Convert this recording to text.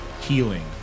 healing